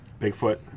Bigfoot